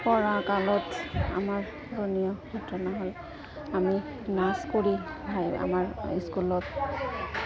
পঢ়া কালত আমাৰ ধুনীয়া ঘটনা হয় আমি নাচ কৰি ভাই আমাৰ স্কুলত